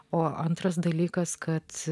o antras dalykas kad